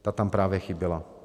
Ta tam právě chyběla.